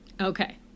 okay